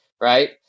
Right